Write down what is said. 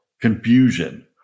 confusion